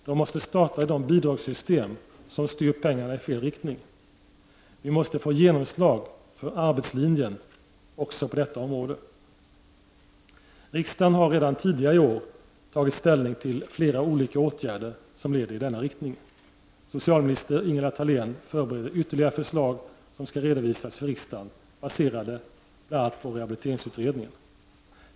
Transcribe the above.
De måste starta i de bidragssystem som styr pengarna i fel riktning. Vi måste få genomslag för arbetslinjen också på detta område. Riksdagen har redan tidigare i vår tagit ställning till flera olika åtgärder som leder i denna riktning. Socialminister Ingela Thalén förbereder ytterligare förslag, som skall redovisas för riksdagen, baserade bl.a. på rehabiliteringsutredningen.